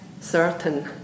Certain